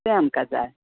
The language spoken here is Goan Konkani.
तें आमकां जाय